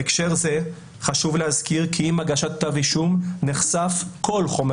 בהקשר זה חשוב להזכיר כי עם הגשת כתב אישום נחשף כל חומר